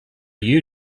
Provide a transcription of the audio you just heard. you